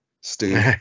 Stu